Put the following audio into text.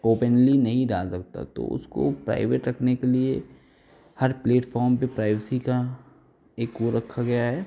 openly नहीं डाल सकता तो उसको प्राइवेट रखने के लिए हर प्लेटफ़ॉम पे प्राइवेसी का एक वो रखा गया है